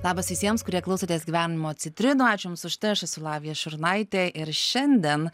labas visiems kurie klausotės gyvenimo citrinų ačiū jums už tai aš esu lavija šurnaitė ir šiandien